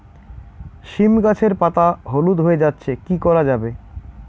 সীম গাছের পাতা হলুদ হয়ে যাচ্ছে কি করা যাবে?